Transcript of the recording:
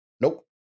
Nope